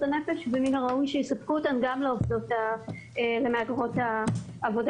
הנפש ומן הראוי שיספקו אותם גם למהגרות העבודה,